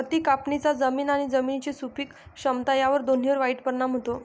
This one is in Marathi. अति कापणीचा जमीन आणि जमिनीची सुपीक क्षमता या दोन्हींवर वाईट परिणाम होतो